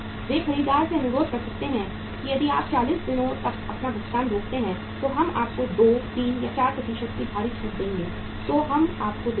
वे खरीदार से अनुरोध कर सकते हैं कि यदि आप 40 दिनों तक अपना भुगतान रोकते हैं तो हम आपको 2 3 4 की भारी छूट देंगे जो हम आपको देंगे